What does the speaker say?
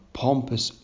pompous